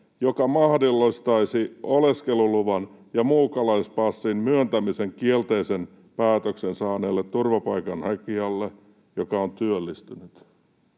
joka mahdollistaisi oleskeluluvan ja muukalaispassin myöntämisen kielteisen päätöksen saaneelle turvapaikanhakijalle, joka on työllistynyt.”